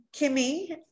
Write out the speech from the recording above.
Kimmy